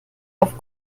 auf